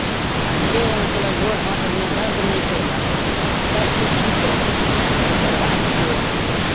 आब देह हाथ चलल गोड़ हाथमे दर्द नहि कयलक सभचीज ठीक रहै छै तकर बादसँ